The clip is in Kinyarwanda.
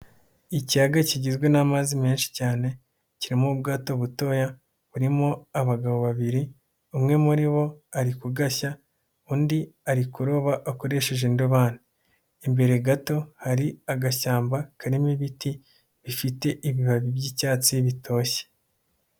Ikiyaga kigizwe n'amazi menshi cyane kirimo ubwato butoya burimo abagabo babiri umwe muri bo ari kugashya, undi ari kuroba akoresheje indobani. Imbere gato hari agashyamba karimo ibiti bifite ibibabi by'icyatsi bitoshye.